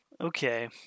Okay